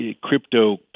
crypto